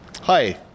Hi